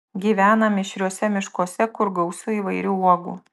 gyvena mišriuose miškuose kur gausu įvairių uogų